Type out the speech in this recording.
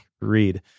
read